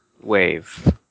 Wave